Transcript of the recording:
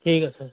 ঠিক আছে